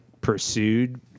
pursued